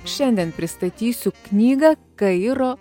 šiandien pristatysiu knygą kairo